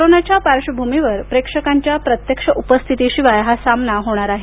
कोरोनाच्या पार्श्वभूमीवर प्रेक्षकांच्या प्रत्यक्ष उपस्थितीशिवाय हा सामना होणार आहे